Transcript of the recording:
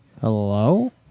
Hello